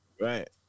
Right